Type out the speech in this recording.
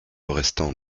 restant